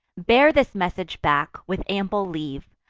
bear this message back, with ample leave,